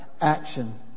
action